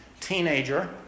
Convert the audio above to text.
teenager